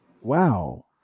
wow